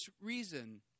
reason